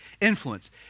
influence